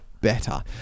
better